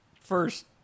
first